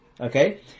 Okay